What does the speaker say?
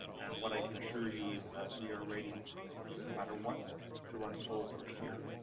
and what i can assure you is that we are ready no matter what to run a full first year